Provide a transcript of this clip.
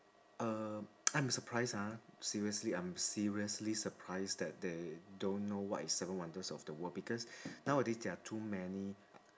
uh I'm surprised ah seriously I'm seriously surprised that they don't know what is seven wonders of the world because nowadays there are too many